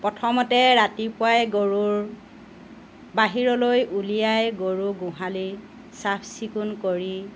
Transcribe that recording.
প্ৰথমতে ৰাতিপুৱাই গৰুৰ বাহিৰলৈ উলিয়াই গৰু গোহালি চাফ চিকুণ কৰি